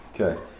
Okay